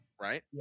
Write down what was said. right